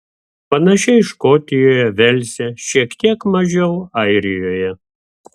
panašiai škotijoje velse šiek tiek mažiau airijoje